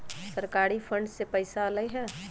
सरकारी फंड से पईसा आयल ह?